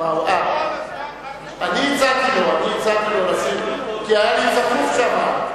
כל הזמן, אני הצעתי לו, כי היה לי צפוף שם.